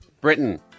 Britain